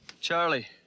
Charlie